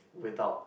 without